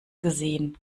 gesehen